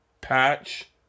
patch